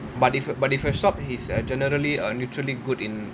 but if but if your shop is err generally err neutrally good in